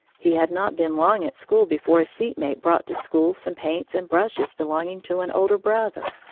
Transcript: he had not been long at school before a seat-mate brought to school some paints and brushes belonging to an older brother.